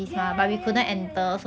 ya ya ya ya ya ya ya